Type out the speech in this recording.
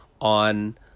on